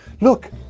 Look